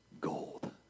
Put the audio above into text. gold